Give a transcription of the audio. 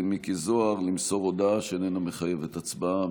מיקי זוהר למסור הודעה שאיננה מחייבת הצבעה.